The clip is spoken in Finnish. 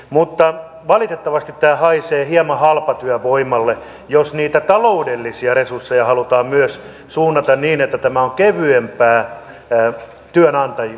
mutta valitettavasti tämä haisee hieman halpatyövoimalle jos niitä taloudellisia resursseja halutaan myös suunnata niin että tämä on kevyempää työnantajille